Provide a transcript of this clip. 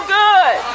good